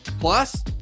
Plus